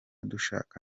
dushaka